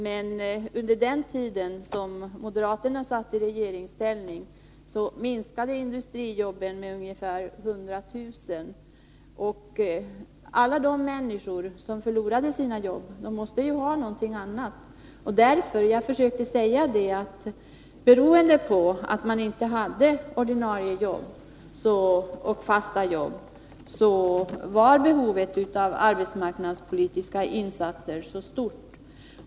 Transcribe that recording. Men under den tid då moderaterna satt i regeringsställning minskade antalet industriarbeten med ungefär 100 000. Alla de människor som förlorade sina jobb måste ju ha någonting annat att göra. Jag försökte därför säga att såvitt jag uppfattat är anledningen till att behovet av arbetsmarknadspolitiska insatser är så stort det förhållandet att dessa människor inte har något ordinarie jobb.